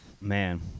man